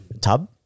tub